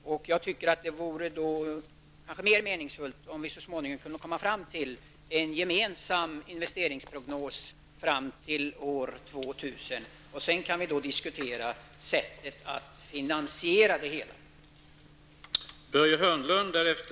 Det vore därför mer meningsfullt om vi kunde komma fram till en gemensam investeringsplan som gäller fram till år 2000. Sedan kan sättet att finansiera det hela diskuteras.